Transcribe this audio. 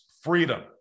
freedom